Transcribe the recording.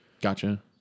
Gotcha